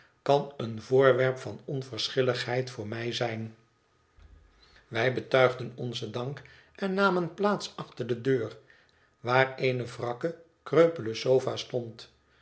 kan een voorwerp van onverschilligheid voor mij zijn wij betuigden onzen dank en namen plaats achter de deur waar eene wrakke kreupele sofa